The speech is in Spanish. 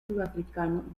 sudafricano